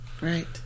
Right